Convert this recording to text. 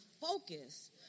focus